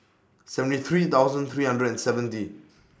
seventy three thousand three hundred and seventy